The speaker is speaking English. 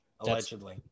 allegedly